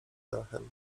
dachem